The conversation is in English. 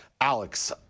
Alex